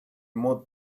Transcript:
more